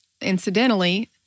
incidentally